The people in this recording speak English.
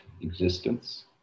existence